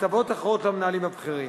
והטבות אחרות למנהלים הבכירים.